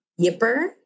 Yipper